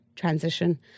transition